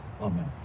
amen